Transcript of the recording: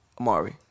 Amari